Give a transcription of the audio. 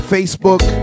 Facebook